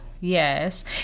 yes